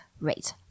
rate